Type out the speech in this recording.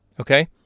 okay